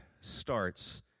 starts